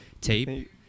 tape